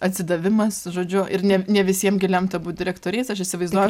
atsidavimas žodžiu ir ne ne visiem lemta būt direktoriais aš įsivaizduoju